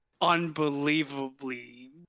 unbelievably